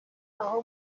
aho